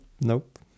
Nope